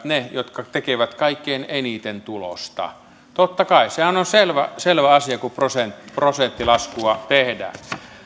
ne jotka tekevät kaikkein eniten tulosta totta kai sehän on selvä selvä asia kun prosenttilaskua tehdään